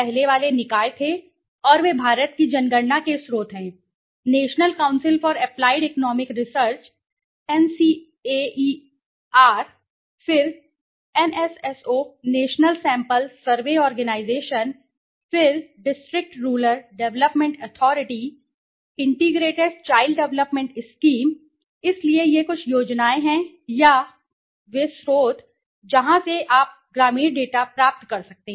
पहले वाले निकाय थे और वे भारत की जनगणना के स्रोत हैं national council for applied economic research NCAER फिर NSSO national sample survey organisation फिर district rural development authority integrated child development scheme इसलिए ये कुछ योजनाएँ हैं या कुछ वे स्रोत जहाँ से आप ग्रामीण डेटा प्राप्त कर सकते हैं